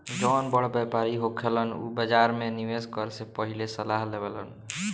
जौन बड़ व्यापारी होखेलन उ बाजार में निवेस करे से पहिले सलाह लेवेलन